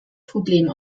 problem